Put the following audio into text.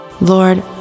Lord